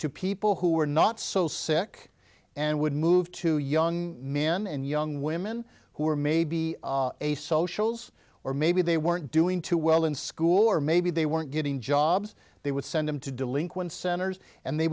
to people who are not so sick and would move to young men and young women who are maybe a socials or maybe they weren't doing too well in school or maybe they weren't getting jobs they would send them to delinquent centers and they